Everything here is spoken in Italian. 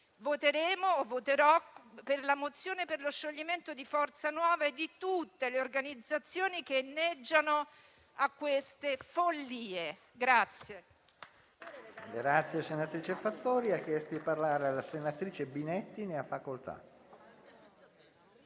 voterò a favore della mozione per lo scioglimento di Forza Nuova e di tutte le organizzazioni che inneggiano a queste follie